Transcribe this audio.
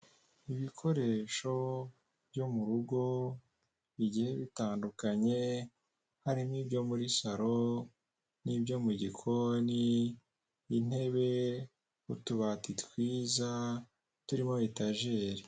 Ibikoresho byo mu rugo bigiye bitandukanye, harimo ibyo muri salo n'ibyo mu gikoni, intebe, utubati twiza turiho etajeri.